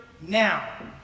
now